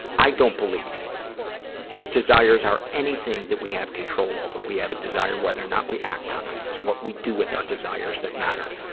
i don't believe desires are anything that we have control over. we have a desire, whether or not we act on them, it's what we do with our desires that matter.